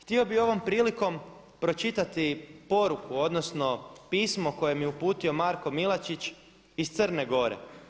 Htio bi ovom prilikom pročitati poruku, odnosno pismo koje mi je uputio Marko Milačić iz Crne Gore.